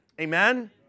amen